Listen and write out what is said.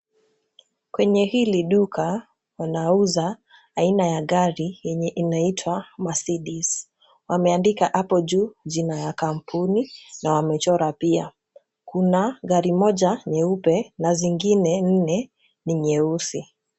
Kwenye hili duka wanauza aina ya gari lenye linaitwa, Mercedes. Wameandika hapo juu kuna la kampuni na wamechoka pia. Kuna gari moja jeupe na mengine manne ni meusi.